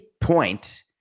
point